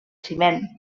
ciment